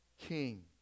king